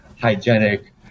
hygienic